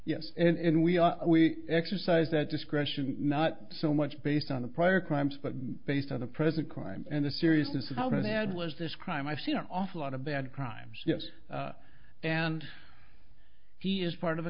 yes and we are we exercise that discretion not so much based on the prior crimes but based on the present crime and the seriousness of how bad was this crime i've seen an awful lot of bad crimes yes and he is part of